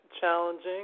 Challenging